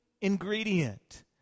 ingredient